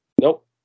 Nope